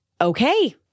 okay